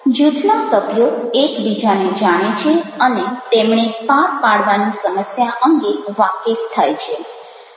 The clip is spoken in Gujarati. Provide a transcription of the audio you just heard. જૂથના સભ્યો એકબીજાને જાણે છે અને તેમણે પાર પાડવાની સમસ્યા અંગે વાકેફ થાય છે